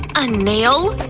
a nail?